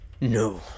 No